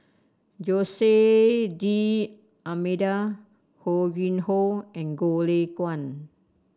Jose D'Almeida Ho Yuen Hoe and Goh Lay Kuan